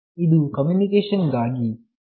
ಇದು ಕಮ್ಯುನಿಕೇಶನ್ ಗಾಗಿ 2